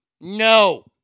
No